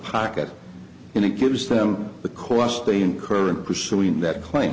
pocket and it gives them the cost they incur in pursuing that claim